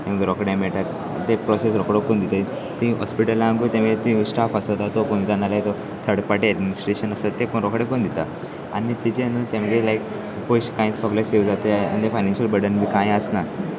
तेमे रोकडे मेळटा ते प्रोसेस रोकडो करून दिताय तीं हॉस्पिटलांकूय ते स्टाफ आसता करून दिता नाल्याक तो थड पार्टी एडमिस्ट्रेशन आसा ते रोकडें करूनन दिता आनी तेज न्हू तेगे लायक पयशे कांय सगले सेव जाता आनी फायनशियल बर्डन बी कांय आसना